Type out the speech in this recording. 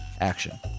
action